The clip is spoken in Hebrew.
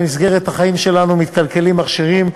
במסגרת החיים שלנו מכשירים מתקלקלים,